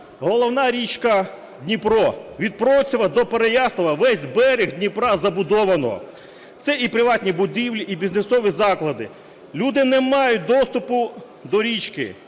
Головна річка Дніпро, від Процева до Переяслава весь берег Дніпра забудовано. Це і приватні будівлі, і бізнесові заклади. Люди не мають доступу до річки,